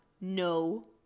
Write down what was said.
No